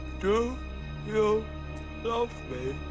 do you love me?